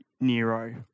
Nero